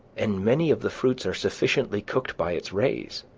and many of the fruits are sufficiently cooked by its rays